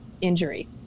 injury